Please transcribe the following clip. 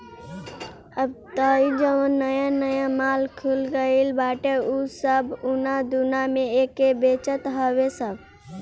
अब तअ इ जवन नया नया माल खुल गईल बाटे उ सब उना दूना में एके बेचत हवे सब